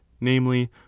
namely